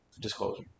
Disclosure